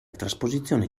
trasposizione